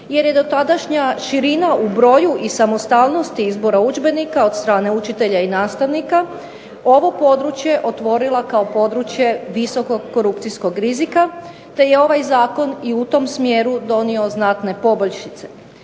jer je dotadašnja širina u broju i samostalnost izbora udžbenika od strane nastavnika i učitelja, ovo područje otvorila kao područje visokog korupcijskog rizika, te je ovaj Zakon i u tom smjeru donio znatne poboljšice.